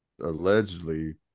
allegedly